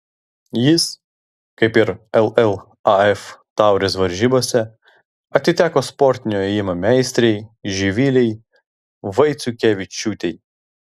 jis kaip ir llaf taurės varžybose atiteko sportinio ėjimo meistrei živilei vaiciukevičiūtei